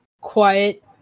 quiet